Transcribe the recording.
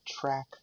track